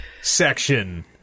section